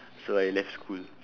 so I left school